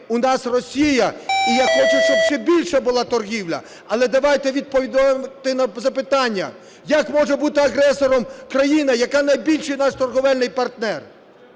у нас – Росія, і я хочу, щоб ще більша була торгівля. Але давайте відповідати на запитання: як може бути агресором країна, яка найбільший наш торговельний партнер.